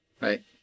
Right